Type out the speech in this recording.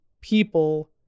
people